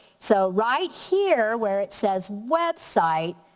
so right here where it says website,